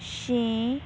ਛੇ